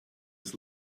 his